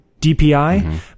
DPI